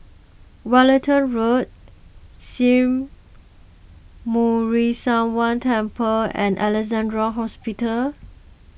Wellington Road Sri Muneeswaran Temple and Alexandra Hospital